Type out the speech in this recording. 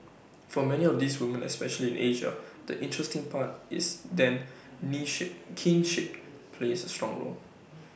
for many of these women especially in Asia the interesting part is that niship kinship plays A strong role